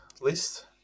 list